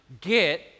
get